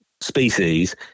species